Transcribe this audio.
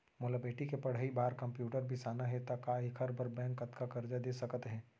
मोला बेटी के पढ़ई बार कम्प्यूटर बिसाना हे त का एखर बर बैंक कतका करजा दे सकत हे?